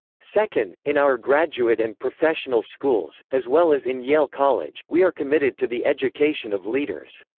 second, in our graduate and professional schools, as well as in yale college, we are committed to the education of leaders.